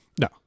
No